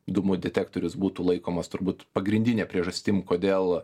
dūmų detektorius būtų laikomas turbūt pagrindine priežastim kodėl